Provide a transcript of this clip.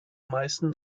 meisten